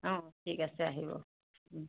অ ঠিক আছে আহিব ও